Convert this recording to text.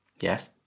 Yes